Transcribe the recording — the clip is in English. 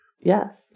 Yes